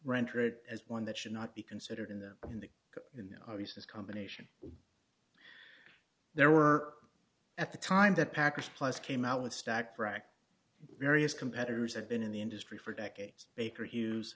it as one that should not be considered in the in the in the obvious combination there were at the time that package plus came out with stack cracked various competitors have been in the industry for decades baker hughes